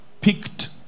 picked